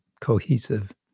cohesive